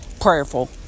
prayerful